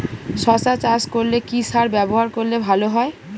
শশা চাষ করলে কি সার ব্যবহার করলে ভালো হয়?